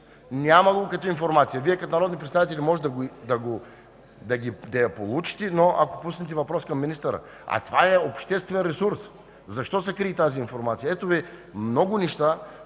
няма го като информация. Вие като народни представители можете да я получите, но ако пуснете въпрос към министъра, а това е обществен ресурс. Защо се крие тази информация?! Ето Ви много неща,